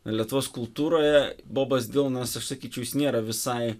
lietuvos kultūroje bobas dylanas aš sakyčiau jis nėra visai